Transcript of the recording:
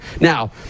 Now